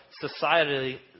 society